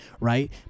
Right